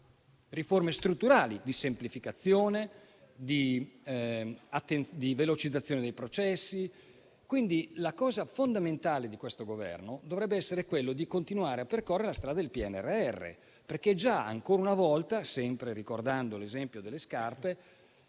riforme strutturali di semplificazione e di velocizzazione dei processi. Quindi, l'azione fondamentale di questo Governo dovrebbe essere quella di continuare a percorrere la strada del PNNR, perché ancora una volta - sempre ricordando l'esempio delle scarpe